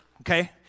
okay